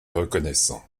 reconnaissant